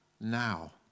now